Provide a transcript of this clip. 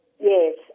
Yes